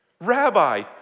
Rabbi